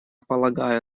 полагаю